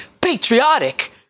patriotic